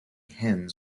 hens